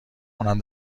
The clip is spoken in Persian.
اونم